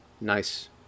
nice